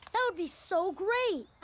that would be so great!